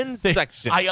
section